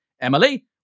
Emily